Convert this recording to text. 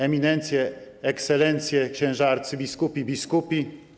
Eminencje, Ekscelencje, Księża Arcybiskupi i Biskupi!